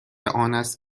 آنست